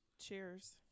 Cheers